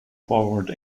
forward